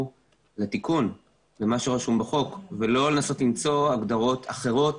לתיקון ולמה שרשום בחוק ולא לנסות למצוא הגדרות אחרות